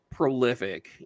prolific